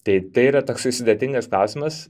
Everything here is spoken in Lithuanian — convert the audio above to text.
tai tai yra toksai sudėtingas klausimas